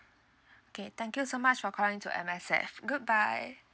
okay thank you so much for calling into M_S_G goodbye